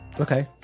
Okay